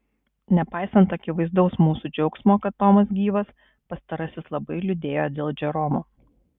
nepaisant akivaizdaus mūsų džiaugsmo kad tomas gyvas pastarasis labai liūdėjo dėl džeromo